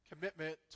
commitment